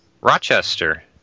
Rochester